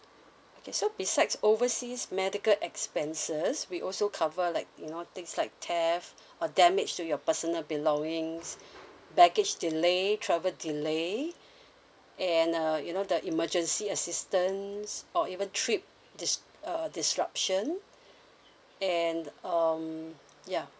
okay so besides overseas medical expenses we also cover like you know things like theft uh damage to your personal belongings baggage delay travel delay and uh you know the emergency assistance or even trip dis~ uh disruption and um ya